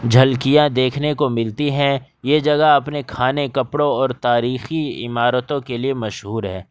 جھلکیاں دیکھنے کو ملتی ہیں یہ جگہ اپنے کھانے کپڑوں اور تاریخی عمارتوں کے لیے مشہور ہے